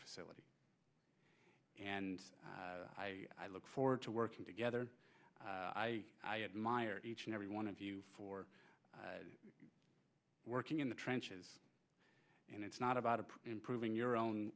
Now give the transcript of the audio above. facility and i look forward to working together i admire each and every one of you for working in the trenches and it's not about of improving your own